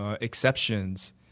exceptions